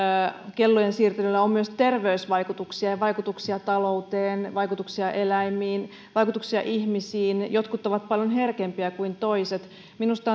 kellojen siirtelyllä on myös terveysvaikutuksia ja vaikutuksia talouteen vaikutuksia eläimiin vaikutuksia ihmisiin jotkut ovat paljon herkempiä kuin toiset minusta